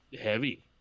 heavy